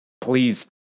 please